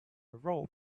robe